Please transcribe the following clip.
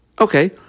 Okay